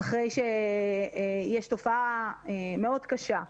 יש תופעה קשה מאוד,